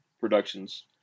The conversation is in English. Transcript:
productions